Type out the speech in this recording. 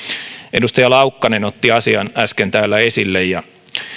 edustaja laukkanen otti asian äsken täällä esille ja